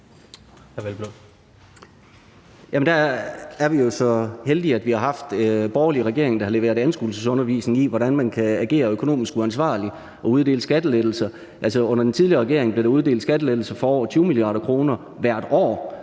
der er vi jo så heldige, at vi har haft en borgerlig regering, der har leveret anskuelsesundervisning i, hvordan man kan agere økonomisk uansvarligt og uddele skattelettelser. Under den tidligere regering blev der uddelt skattelettelser for over 20 mia. kr. hvert år,